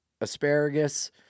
asparagus